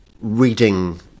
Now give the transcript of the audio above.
reading